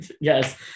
yes